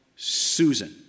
Susan